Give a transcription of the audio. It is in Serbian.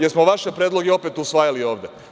Jel smo vaše predloge opet usvajali ovde?